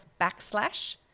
backslash